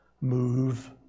Move